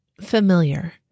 familiar